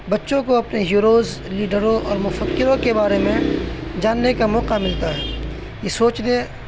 بچوں کو اپنے ہیروز لیڈروں اور مفکروں کے بارے میں جاننے کا موقع ملتا ہے یہ سوچنے